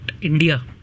India